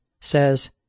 says